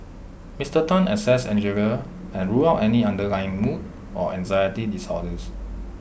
Mister Tan assessed Angeline and ruled out any underlying mood or anxiety disorders